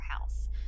house